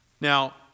Now